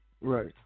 Right